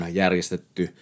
järjestetty